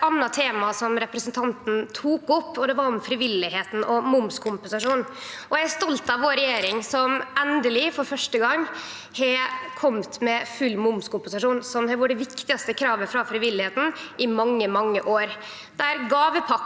over til eit anna tema som representanten tok opp, og det var dei frivillige og momskompensasjonen. Eg er stolt av vår regjering, som endeleg, for første gong, har kome med full momskompensasjon. Det har vore det viktigaste kravet frå dei frivillige i mange år.